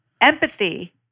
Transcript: empathy